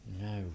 No